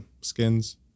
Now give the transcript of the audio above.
skins